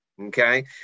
Okay